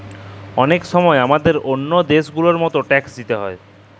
অলেক সময় হামাদের ওল্ল দ্যাশ গুলার মত ট্যাক্স দিতে হ্যয়